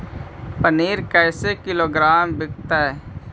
पनिर कैसे किलोग्राम विकतै?